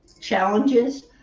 challenges